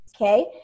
okay